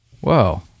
Whoa